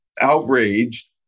outraged